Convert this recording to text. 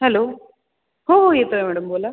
hello हो हो येतो आहे मॅडम बोला